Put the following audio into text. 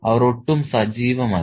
അവർ ഒട്ടും സജീവമല്ല